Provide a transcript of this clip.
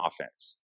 offense